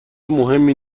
مهمی